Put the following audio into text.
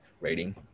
rating